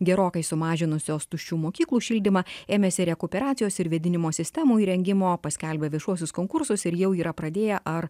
gerokai sumažinusios tuščių mokyklų šildymą ėmėsi rekuperacijos ir vėdinimo sistemų įrengimo paskelbė viešuosius konkursus ir jau yra pradėję ar